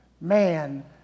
man